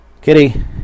Kitty